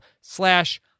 slash